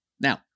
Now